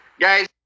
Guys